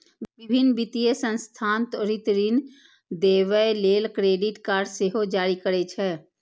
विभिन्न वित्तीय संस्थान त्वरित ऋण देबय लेल क्रेडिट कार्ड सेहो जारी करै छै